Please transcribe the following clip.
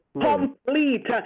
complete